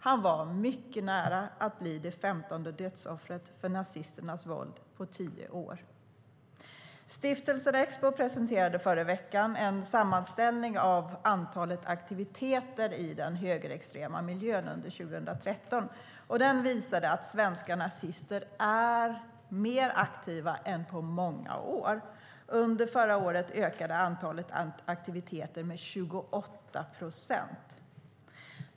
Han var mycket nära att bli det femtonde dödsoffret för nazisternas våld på tio år. Stiftelsen Expo presenterade förra veckan en sammanställning av antalet aktiviteter i den högerextrema miljön under 2013. Den visar att svenska nazister är mer aktiva än på många år. Under förra året ökade antalet aktiviteter med 28 procent.